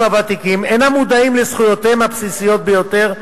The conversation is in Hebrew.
הוותיקים אינם מודעים לזכויותיהם הבסיסיות ביותר,